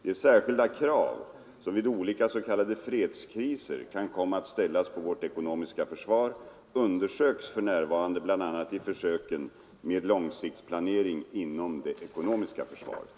De särskilda krav som vid olika s.k. fredskriser kan komma att ställas på vårt ekonomiska försvar undersöks för närvarande bl.a. i försöken med långsiktsplanering inom det ekonomiska försvaret.